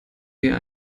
wir